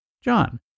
John